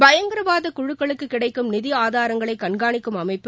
பயங்கரவாத குழுக்களுக்குக் கிடைக்கும் நிதி ஆதாரங்களை கண்காணிக்கும் அமைப்பு